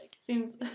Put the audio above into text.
seems